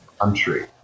country